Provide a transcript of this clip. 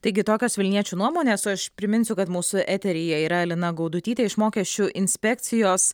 taigi tokios vilniečių nuomonės o aš priminsiu kad mūsų eteryje yra alina gaudutytė iš mokesčių inspekcijos